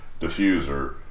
diffuser